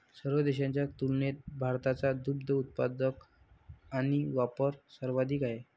सर्व देशांच्या तुलनेत भारताचा दुग्ध उत्पादन आणि वापर सर्वाधिक आहे